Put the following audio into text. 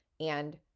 and-